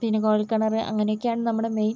പിന്നെ കുഴൽക്കിണർ അങ്ങനെ ഒക്കെയാണ് നമ്മുടെ മെയിൻ